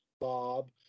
Bob